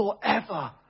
forever